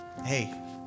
hey